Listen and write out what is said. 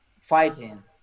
fighting